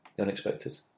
Unexpected